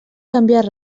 canviar